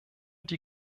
die